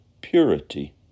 purity